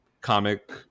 comic